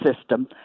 system